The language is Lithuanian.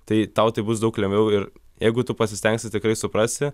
tai tau tai bus daug lengviau ir jeigu tu pasistengsi tikrai suprasi